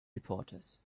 reporters